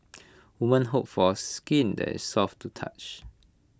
women hope for A skin that is soft to touch